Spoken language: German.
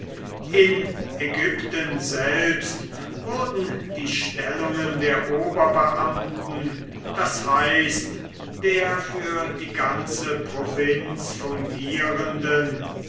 in ägypten selbst wurden die stellungen der oberbeamten das heißt der für die ganze provinz fungierenden